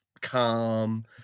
calm